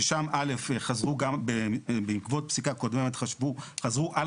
ששם א', חזרו, בעקבות פסיקה קודמת חשבו, חזרו על